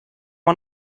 man